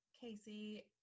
Casey